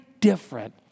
different